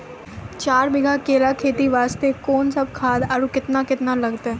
चार बीघा केला खेती वास्ते कोंन सब खाद आरु केतना केतना लगतै?